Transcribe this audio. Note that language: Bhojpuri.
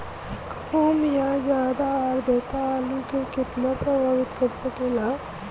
कम या ज्यादा आद्रता आलू के कितना प्रभावित कर सकेला?